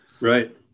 right